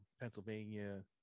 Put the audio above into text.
Pennsylvania